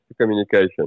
communication